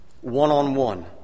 one-on-one